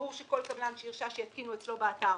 ברור שכל קבלן שהרשה שיתקינו אצלו באתר